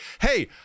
hey